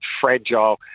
fragile